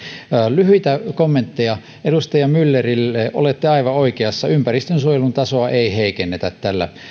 lyhyitä kommentteja edustaja myllerille olette aivan oikeassa ympäristönsuojelun tasoa ei heikennetä tällä